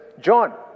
John